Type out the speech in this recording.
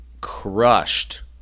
crushed